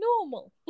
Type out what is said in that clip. normal